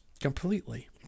completely